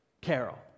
carol